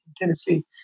Tennessee